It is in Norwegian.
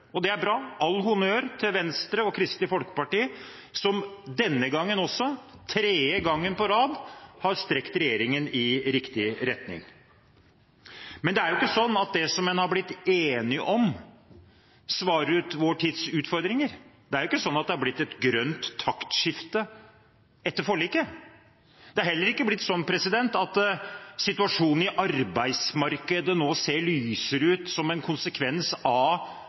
Det er bra. All honnør til Venstre og Kristelig Folkeparti som også denne gangen, for tredje gang på rad, har strukket regjeringen i riktig retning. Men det er ikke sånn at det en har blitt enig om, svarer til vår tids utfordringer. Det har ikke blitt et grønt taktskifte etter forliket. Og det har heller ikke blitt sånn at situasjonen i arbeidsmarkedet nå ser lysere ut som en konsekvens av